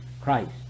Christ